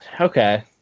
Okay